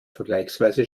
vergleichsweise